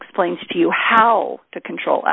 explains to you how to control